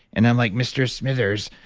and i'm like mr. smithers,